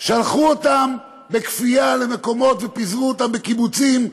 שלחו אותם בכפייה למקומות ופיזרו אותם בקיבוצים?